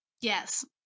Yes